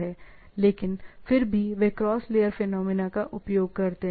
लेकिन फिर भी वे क्रॉस लेयर फिनोमेना का उपयोग करते हैं